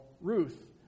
Ruth